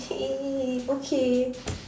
!hey! okay